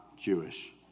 Jewish